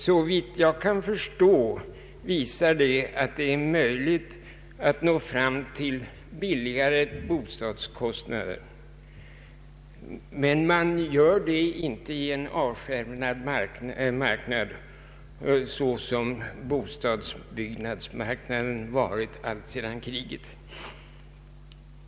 Såvitt jag kan förstå, visar detta att det är möjligt att nå fram till lägre bostadskostnader; men man gör det inte i en avskärmad marknad, som bostadsbyggnadsmarknaden varit alltsedan kriget.